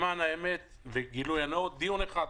למען האמת והגילוי הנאות, לדיון אחד.